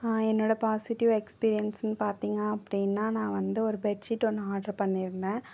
என்னோட பாசிட்டிவ் எக்ஸ்பீரியன்ஸுன்னு பார்த்திங்க அப்படினா நான் வந்து ஒரு பெட்ஷீட் ஒன்று ஆர்ட்ரு பண்ணியிருந்தேன்